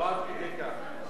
לא עד כדי כך.